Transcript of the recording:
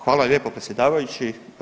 Hvala lijepo predsjedavajući.